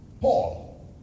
Paul